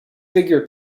figure